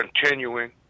continuing